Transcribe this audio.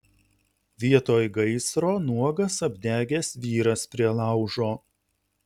vietoj gaisro nuogas apdegęs vyras prie laužo